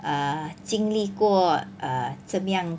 err 经历过 err 这么样